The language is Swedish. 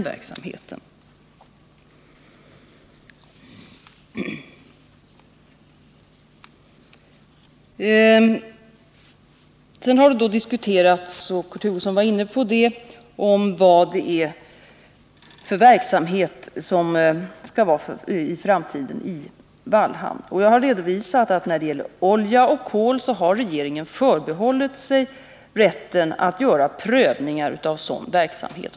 Kurt Hugosson var vidare inne på frågan om vilken verksamhet som skall finnas i framtiden i Vallhamn. När det gäller olja och kol har regeringen, som jag tidigare redovisat, förbehållit sig rätten att göra prövningar av sådan verksamhet.